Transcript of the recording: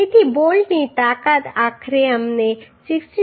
તેથી બોલ્ટની તાકાત આખરે અમને 66